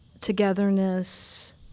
togetherness